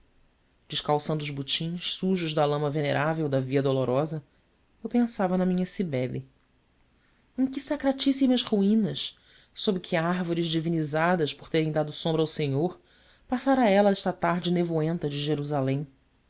calções descalçando os botins sujos da lama venerável da via dolorosa eu pensava na minha cibele em que sacratíssimas ruínas sob que árvores divinizadas por terem dado sombra ao senhor passara ela essa tarde nevoenta de jerusalém